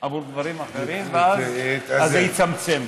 עבור דברים אחרים, אז זה יצמצם.